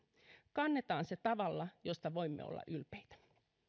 kannetaan se tavalla josta voimme olla ylpeitä